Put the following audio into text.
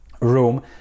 room